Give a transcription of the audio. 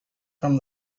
from